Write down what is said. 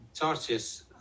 churches